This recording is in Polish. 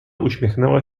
uśmiechnęła